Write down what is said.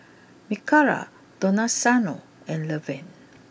Mikala Donaciano and Levern